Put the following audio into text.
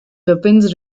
weapons